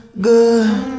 good